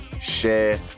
share